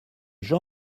jean